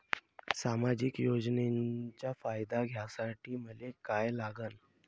सामाजिक योजनेचा फायदा घ्यासाठी मले काय लागन?